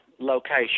location